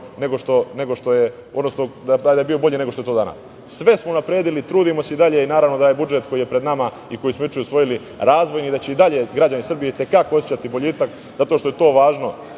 jedan parametar koji je bio bolji nego što je to danas. Sve smo unapredili, trudimo se i dalje i naravno da je budžet koji je pred nama i koji smo juče usvojili razvojni i da će i dalje građani Srbije i te kako osećati boljitak zato što je to važno,